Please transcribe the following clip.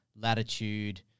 latitude